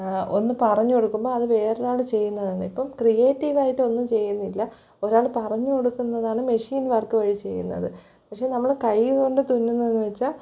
ഒന്ന് പറഞ്ഞു കൊടുക്കുമ്പം അത് വേറൊരാൾ ചെയ്യുന്നതാണ് ഇപ്പം ക്രീയേറ്റീവായിട്ട് ഒന്നും ചെയ്യുന്നില്ല ഒരാൾ പറഞ്ഞു കൊടുക്കുന്നതാണ് മെഷീൻ വർക്ക് വഴി ചെയ്യുന്നത് പക്ഷേ നമ്മൾ കൈകൊണ്ട് തുന്നുന്നതെന്ന് വച്ചാൽ